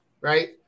right